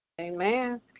Amen